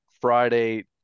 Friday